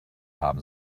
haben